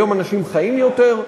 היום אנשים חיים יותר,